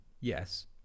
yes